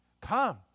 Come